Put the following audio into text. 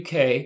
UK